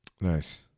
Nice